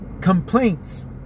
Complaints